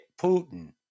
Putin